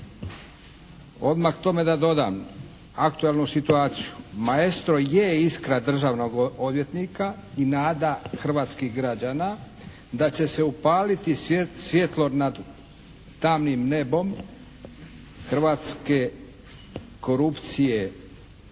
Odmah k tome da dodam aktualnu situaciju. "Maestro" je iskra državnog odvjetnika i nada hrvatskih građana da će se upaliti svjetlo nad tamnim nebom hrvatske korupcije